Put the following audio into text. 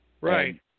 right